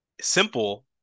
simple